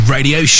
Radio